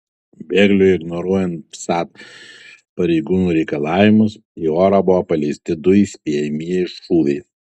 bėgliui ignoruojant vsat pareigūnų reikalavimus į orą buvo paleisti du įspėjamieji šūviai